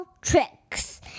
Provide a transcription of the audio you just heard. tricks